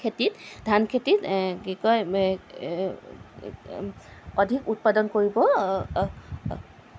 খেতিত ধান খেতিত কি কয় অধিক উৎপাদন কৰিব